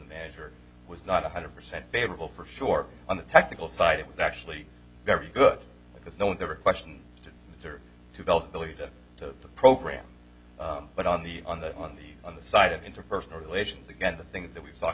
manager was not one hundred percent favorable for sure on the technical side it was actually very good because no one's ever question to golf believe them to the program but on the on the on the on the side of interpersonal relations again the things that we've talked